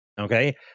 okay